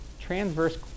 transverse